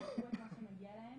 יידעו את מה שמגיע להם